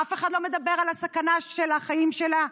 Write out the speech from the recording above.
אף אחד לא מדבר על הסכנה של החיים שלה.